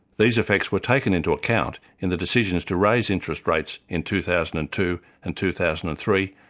these effects were taken into account in the decisions to raise interest rates in two thousand and two and two thousand and three,